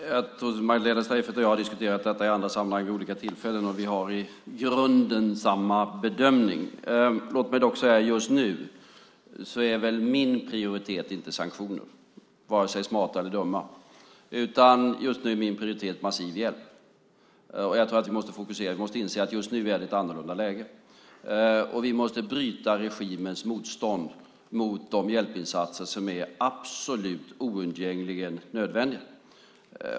Fru talman! Magdalena Streijffert och jag har diskuterat detta i andra sammanhang vid olika tillfällen, och vi gör i grunden samma bedömning. Låt mig dock säga att min prioritet just nu inte är sanktioner, vare sig smarta eller dumma. Just nu är min prioritet massiv hjälp. Vi måste inse att det just nu är ett annorlunda läge. Vi måste bryta regimens motstånd mot de hjälpinsatser som är absolut oundgängligen nödvändiga.